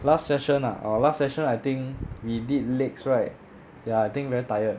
last session ah last session I think we did legs right ya I think very tired